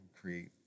create